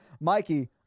Mikey